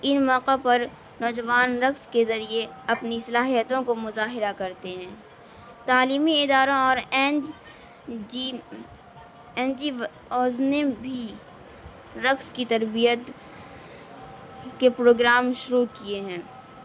ان موقع پر نوجوان رقص کے ذریعے اپنی صلاحیتوں کو مظاہرہ کرتے ہیں تعلیمی اداروں اور N G N G Os نے بھی رقص کی تربیت کے پروگرام شروع کیے ہیں